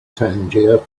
tangier